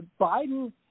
biden